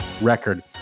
record